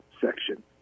section